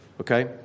Okay